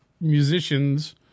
musicians